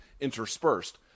interspersed